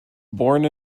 born